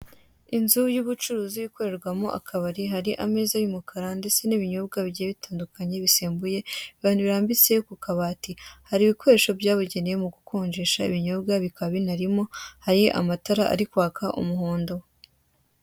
Inzu y'ubucuruzi ikorerwamo akabari, hari ameza y'umukara; ndetse n'ibinyobwa bigiye bitandukanye bisembuye, hari ibintu birambitse ku kabati. Hari ibikoresho bya bugenewe mu gukonjesha ibinyobya bikaba binarimo; hari amatara ari kwaka umuhondo.